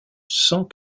sans